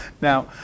Now